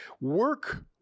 work